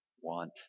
want